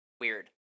weird